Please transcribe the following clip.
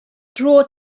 draw